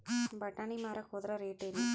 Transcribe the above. ಬಟಾನಿ ಮಾರಾಕ್ ಹೋದರ ರೇಟೇನು?